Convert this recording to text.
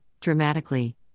dramatically